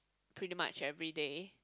pretty much everyday